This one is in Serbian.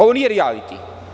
Ovo nije rijaliti.